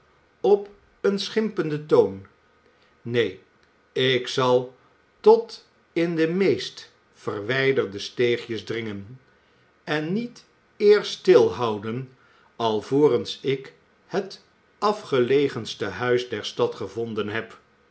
op een schimpenden toon neen ik zal tot in de meest verwijderde steegjes dringen en niet eer stilhouden alvorens ik het afgelegenste huis der stad gevonden heb